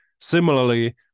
Similarly